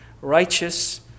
righteous